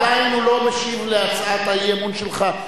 עדיין הוא לא משיב על הצעת האי-אמון שלך.